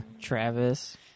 Travis